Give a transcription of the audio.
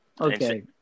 Okay